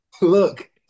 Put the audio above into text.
Look